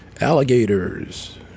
alligators